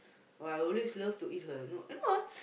oh I always love to eat her you know ah